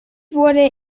wurde